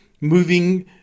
moving